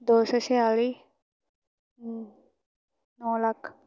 ਦੋ ਸੌ ਛਿਆਲੀ ਨੌ ਲੱਖ